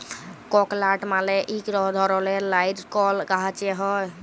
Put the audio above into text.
ককলাট মালে ইক ধরলের লাইরকেল গাহাচে হ্যয়